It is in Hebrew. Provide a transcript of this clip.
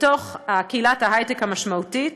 לתוך קהילת ההיי-טק המשמעותית.